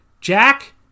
jack